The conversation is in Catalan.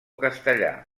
castellà